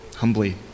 humbly